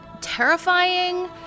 terrifying